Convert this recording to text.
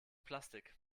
plastik